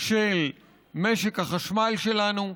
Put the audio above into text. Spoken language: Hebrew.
של משק החשמל שלנו.